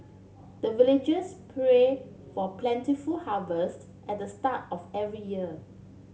the villagers pray for plentiful harvest at the start of every year